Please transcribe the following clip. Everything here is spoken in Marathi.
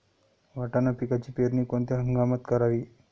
वाटाणा पिकाची पेरणी कोणत्या हंगामात करावी?